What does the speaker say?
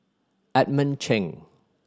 Edmund Cheng